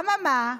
אממה,